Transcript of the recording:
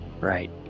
Right